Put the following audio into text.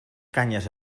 canyes